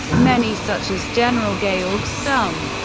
many, such as general georg stumme,